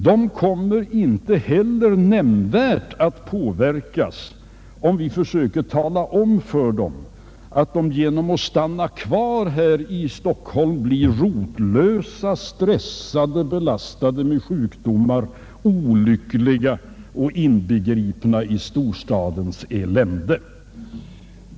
De kommer inte heller nämnvärt att påverkas ifall vi försöker tala om för dem att de genom att stanna kvar här i Stockholm blir rotlösa, stressade, belastade med sjukdomar, olyckliga och inbegripna i storstadens elände.